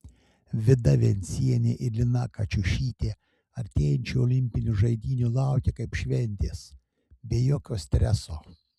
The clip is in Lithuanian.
vida vencienė ir lina kačiušytė artėjančių olimpinių žaidynių laukia kaip šventės be jokio streso